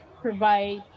provide